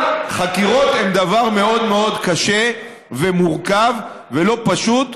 אבל חקירות הן דבר מאוד מאוד קשה ומורכב ולא פשוט,